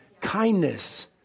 kindness